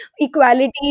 equality